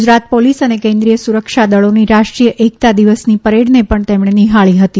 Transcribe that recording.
Gujarat police અને કેન્દ્રિય સુરક્ષાદળોની રાષ્ટ્રીય એકતા દિવસની પરેડને પણ નિહાળી હતી